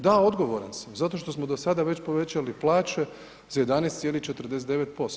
Da, odgovoran sam zato što smo do sada već povećali plaće za 11,49%